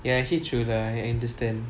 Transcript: ya actually true lah I understand